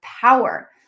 power